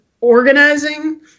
organizing